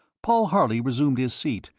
paul harley resumed his seat,